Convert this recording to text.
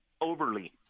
overly